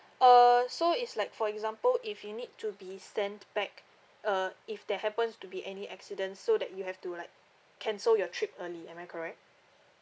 uh so is like for example if you need to be sent back uh if there happens to be any accidents so that you have to like cancel your trip early am I correct